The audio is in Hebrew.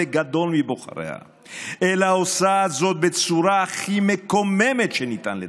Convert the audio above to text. גדול מבוחריה אלא עושה זאת בצורה הכי מקוממת שניתן לדמיין.